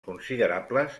considerables